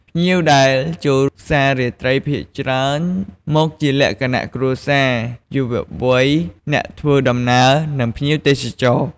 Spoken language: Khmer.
ភ្ញៀវដែលចូលផ្សាររាត្រីភាគច្រើនមកជាលក្ខណៈគ្រួសារ យុវវ័យ អ្នកដំណើរ និងភ្ញៀវទេសចរ។